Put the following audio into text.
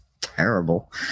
terrible